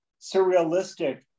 surrealistic